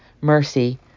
mercy